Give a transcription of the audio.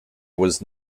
was